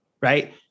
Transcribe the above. right